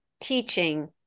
teaching